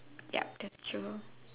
yup that's true